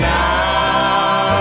now